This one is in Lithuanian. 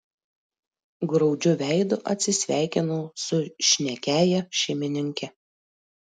graudžiu veidu atsisveikinau su šnekiąja šeimininke